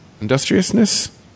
industriousness